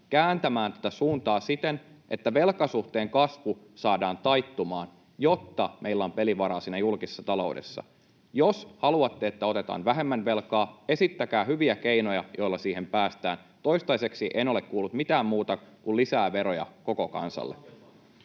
kääntämään tätä suuntaa siten, että velkasuhteen kasvu saadaan taittumaan, jotta meillä on pelivaraa siinä julkisessa taloudessa. Jos haluatte, että otetaan vähemmän velkaa, esittäkää hyviä keinoja, joilla siihen päästään. Toistaiseksi en ole kuullut mitään muuta kuin lisää veroja koko kansalle.